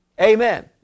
Amen